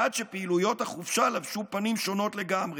עד שפעילויות החופשה לבשו פנים שונות לגמרי.